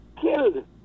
killed